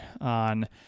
on